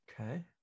Okay